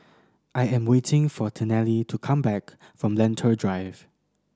I am waiting for Tennille to come back from Lentor Drive